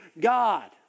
God